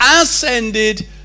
ascended